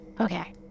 Okay